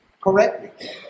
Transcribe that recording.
correctly